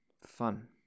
Fun